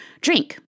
drink